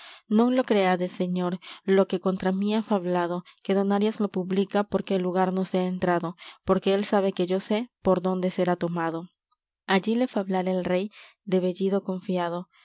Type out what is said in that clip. non lo creades señor lo que contra mí ha fablado que don arias lo publica porque el lugar no sea entrado porque él sabe que yo sé por dónde será tomado allí le fablara el rey de bellido confiado